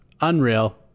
Unreal